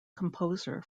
composer